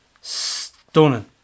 stunning